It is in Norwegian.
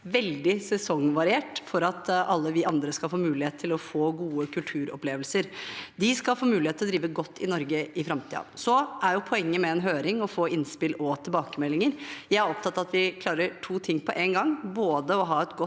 veldig sesongvariert, for at alle vi andre skal få mulighet til å få gode kulturopplevelser. De skal få mulighet til å drive godt i Norge i framtiden. Så er jo poenget med en høring å få innspill og tilbakemeldinger. Jeg er opptatt av at vi klarer to ting på en gang, både å ha et godt,